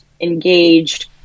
engaged